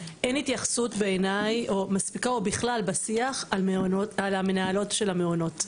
אין התייחסות בעיניי או מספיקה או בכלל בשיח על המנהלות של המעונות,